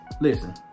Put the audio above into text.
listen